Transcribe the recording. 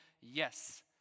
Yes